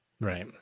Right